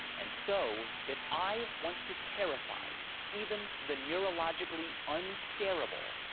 and so if i want to terrify even the neurologically un-scare-able,